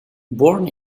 born